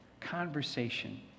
conversation